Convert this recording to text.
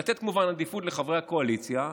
ולתת כמובן עדיפות לחברי הקואליציה,